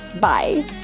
Bye